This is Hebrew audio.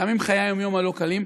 גם עם חיי היום-יום הלא-קלים,